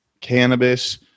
cannabis